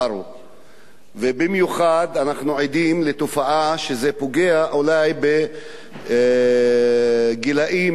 ובמיוחד אנחנו עדים לתופעה שזה פוגע אולי בגילים יותר צעירים,